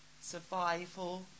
survival